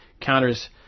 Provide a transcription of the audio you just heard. counters